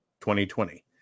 2020